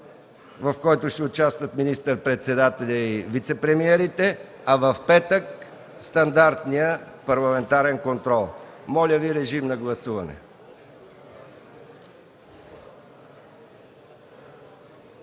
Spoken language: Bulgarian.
в който ще участват министър-председателят и вицепремиерите, а в петък – стандартен парламентарен контрол. Моля, гласувайте.